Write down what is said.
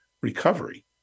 recovery